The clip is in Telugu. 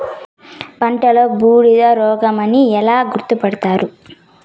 పంటలో బూడిద రోగమని ఎలా గుర్తుపడతారు?